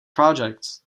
project